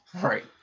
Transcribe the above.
Right